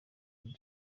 nazo